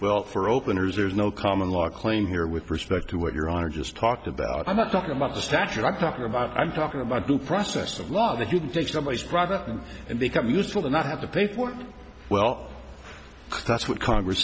well for openers there's no common law claim here with respect to what your honor just talked about i'm not talking about statute i'm talking about i'm talking about due process of law that you can take somebody privately and become useful to not have to pay for well that's what congress